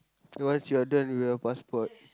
once you are done with your passport